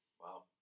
Wow